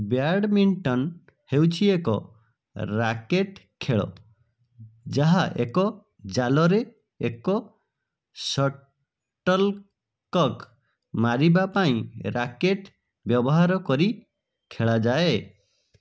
badminton ହେଉଛି ଏକ racket ଖେଳ ଯାହା ଏକ ଜାଲରେ ଏକ ସଟଲ୍କକ୍ ମାରିବା ପାଇଁ ରାକେଟ୍ ବ୍ୟବହାର କରି ଖେଳାଯାଏ